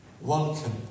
welcome